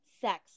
sex